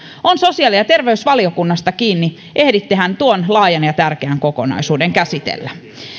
on sosiaali ja ja terveysvaliokunnasta kiinni ehdittehän tuon laajan ja tärkeän kokonaisuuden käsitellä